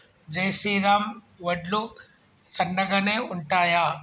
జై శ్రీరామ్ వడ్లు సన్నగనె ఉంటయా?